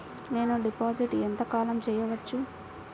నేను డిపాజిట్ ఎంత కాలం చెయ్యవచ్చు?